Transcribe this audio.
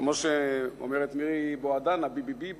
כמו שאומרת מירי בוהדנה: בי בי בי,